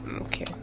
Okay